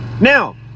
Now